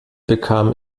bekam